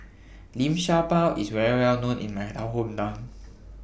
Liu Sha Bao IS very Well known in My Town Hometown